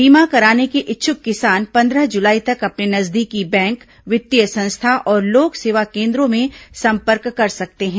बीमा कराने के इच्छुक किसान पंद्रह जुलाई तक अपने नजदीकी बैंक वित्तीय संस्था और लोक सेवा केन्द्रों में संपर्क कर सकते हैं